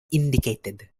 indicated